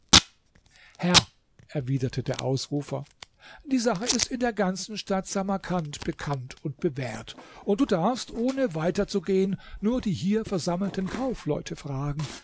herr erwiderte der ausrufer die sache ist in der ganzen stadt samarkand bekannt und bewährt und du darfst ohne weiter zu gehen nur die hier versammelten kaufleute fragen